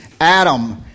Adam